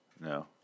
No